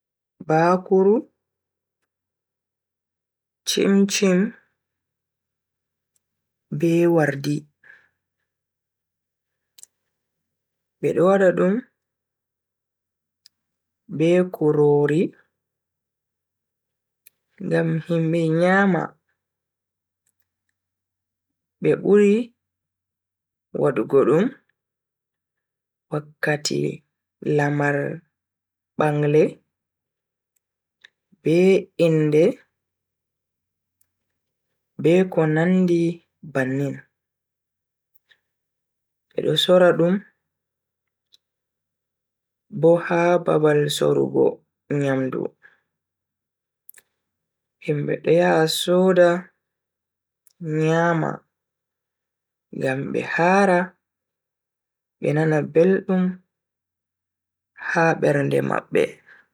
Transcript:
Bakuru, chim-chim be wardi. Be do wada dum be kurori ngam himbe nyama. Be buri wadugo dum wakkati lamar bangle, be inde be ko nandi bannin. Be do sora dum bo ha babal sorugo nyamdu himbe do yaha soda nyama ngam be hara be nana beldum ha bernde mabbe.